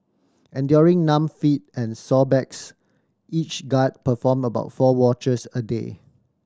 enduring numb feet and sore backs each guard performed about four watches a day